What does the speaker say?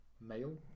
male